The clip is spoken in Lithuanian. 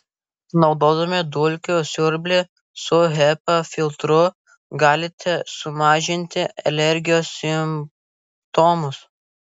naudodami dulkių siurblį su hepa filtru galite sumažinti alergijos simptomus